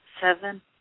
Seven